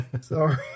Sorry